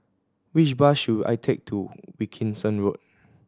which bus should I take to Wilkinson Road